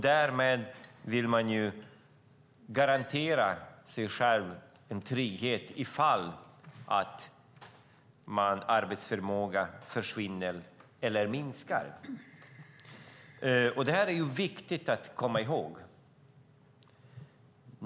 Därmed vill man garantera sig själv en trygghet ifall arbetsförmågan försvinner eller minskar. Det är viktigt att komma ihåg.